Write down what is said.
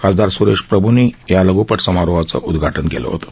खासदार सुरेश प्रभूंनी या लघ्पट समारोहाचं उद्घाटन केलं होतं